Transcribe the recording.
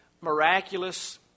miraculous